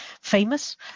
famous